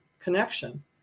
connection